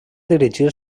dirigir